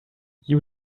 you